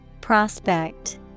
Prospect